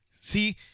See